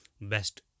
best